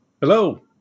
Hello